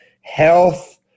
health